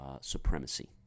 supremacy